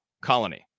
colony